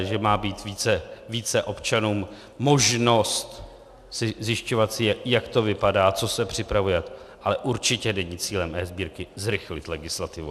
Že má být více občanům možnost zjišťovat si, jak to vypadá, co se připravuje, ale určitě není cílem eSbírky zrychlit legislativu.